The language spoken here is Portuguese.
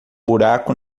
buraco